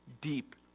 deep